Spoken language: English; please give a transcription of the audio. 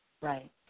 Right